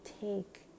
take